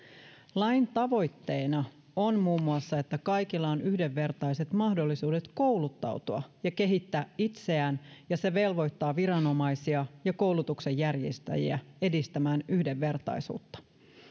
lain tavoitteena on muun muassa että kaikilla on yhdenvertaiset mahdollisuudet kouluttautua ja kehittää itseään ja se velvoittaa viranomaisia ja koulutuksen järjestäjiä edistämään yhdenvertaisuutta